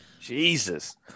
Jesus